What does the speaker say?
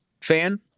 fan